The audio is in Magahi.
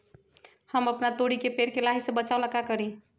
हम अपना तोरी के पेड़ के लाही से बचाव ला का करी?